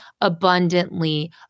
abundantly